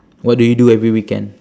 what do you do every weekend